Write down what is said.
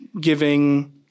giving